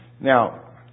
now